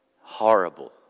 horrible